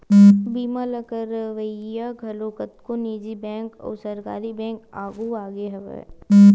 बीमा ल करवइया घलो कतको निजी बेंक अउ सरकारी बेंक आघु आगे हवय